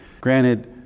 granted